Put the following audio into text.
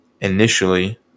Initially